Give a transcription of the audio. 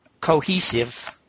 cohesive